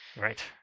Right